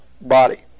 body